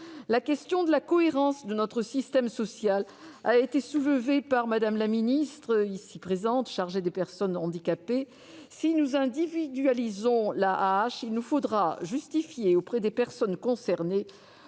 La question de la cohérence de notre système social a été soulevée par Mme la secrétaire d'État chargée des personnes handicapées : si nous individualisons l'AAH, il nous faudra justifier auprès des personnes concernées